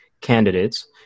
candidates